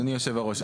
אדוני יושב הראש,